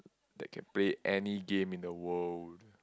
that can play any game in the world